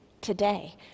today